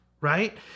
right